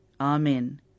Amen